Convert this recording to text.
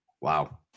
Wow